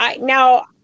now